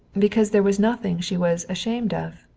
because there was nothing she was ashamed of,